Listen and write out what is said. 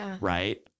Right